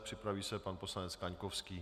Připraví se pan poslanec Kaňkovský.